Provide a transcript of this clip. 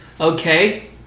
Okay